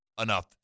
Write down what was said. enough